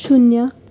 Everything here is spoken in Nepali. शून्य